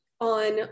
on